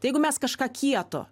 jeigu mes kažką kieto